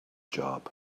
job